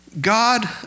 God